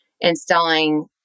installing